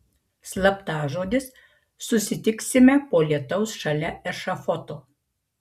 slaptažodis susitiksime po lietaus šalia ešafoto